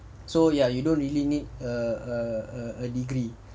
so ya you don't really need a a a degree